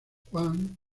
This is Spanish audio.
juan